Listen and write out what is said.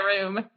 room